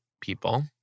people